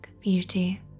beauty